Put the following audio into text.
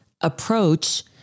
approach